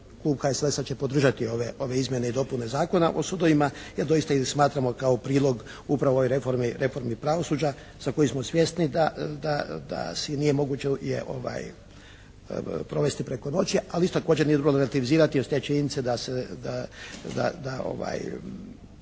klub HSLS-a će podržati ove izmjene i dopune Zakona o sudovima jer doista ih smatramo kao prilog upravo ovoj reformi pravosuđa za koji smo svjesni da se nije moguće je provesti preko noći, ali isto također nije dobro relativizirati uz te činjenice da se,